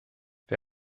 wir